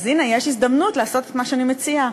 אז הנה, יש הזדמנות לעשות את מה שאני מציעה.